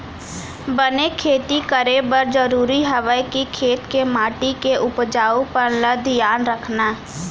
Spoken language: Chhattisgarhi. बने खेती करे बर जरूरी हवय कि खेत के माटी के उपजाऊपन ल धियान रखना